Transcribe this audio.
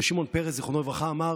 ושמעון פרס זכרונו לברכה אמר: